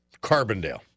Carbondale